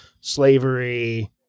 slavery